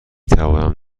توانم